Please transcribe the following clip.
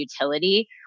utility